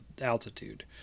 altitude